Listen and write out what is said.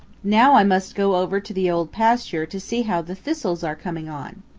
now i must go over to the old pasture to see how the thistles are coming on.